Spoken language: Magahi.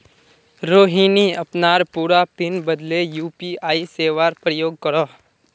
रोहिणी अपनार पूरा पिन बदले यू.पी.आई सेवार प्रयोग करोह